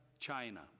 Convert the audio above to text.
China